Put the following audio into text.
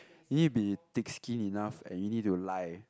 you need to be thick skin enough and you need to lie